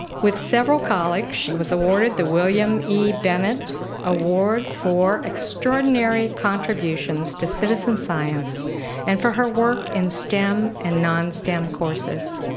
with several colleagues, she was awarded the william e. bennett award for extraordinary contributions to citizen science and for her work in stem and non-stem courses.